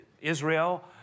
Israel